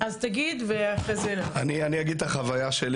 אני אספר על החוויה שלי.